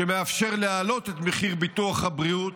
שמאפשר להעלות את מחיר ביטוח הבריאות,